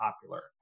popular